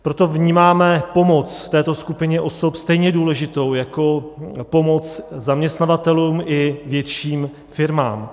Proto vnímáme pomoc této skupině osob stejně důležitou jako pomoc zaměstnavatelům i větším firmám.